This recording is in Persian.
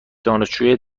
دانشجو